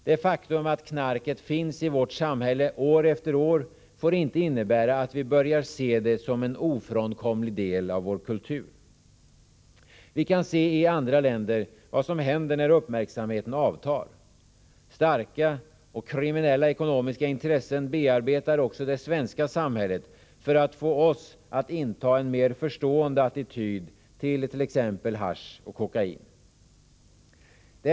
Det faktum att knarket finns i vårt samhälle år efter år får inte innebära att vi börjar acceptera det som en ofrånkomlig del av vår kultur. Vi kan se i andra länder vad som händer när uppmärksamheten avtar. Starka och kriminella ekonomiska intressen bearbetar också det svenska samhället för att få oss att inta en mer förstående attityd till t.ex. hasch och kokain.